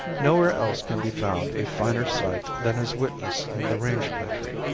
nowhere else can be found a finer sight than is witnessed in the range country.